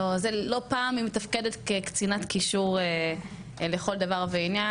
זה לא פעם היא מתפקדת כקצינת קישור לכל דבר ועניין,